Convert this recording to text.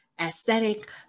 aesthetic